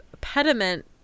pediment